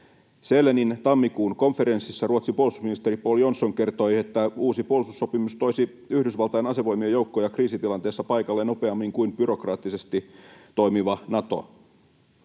Sälenin tammikuun konferenssissa Ruotsin puolustusministeri Pål Jonson kertoi, että uusi puolustussopimus toisi Yhdysvaltain asevoimien joukkoja kriisitilanteessa paikalle nopeammin kuin byrokraattisesti toimiva Nato.